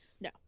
No